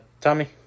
Tommy